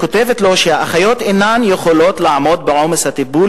"האחיות אינן יכולות לעמוד בעומס הטיפול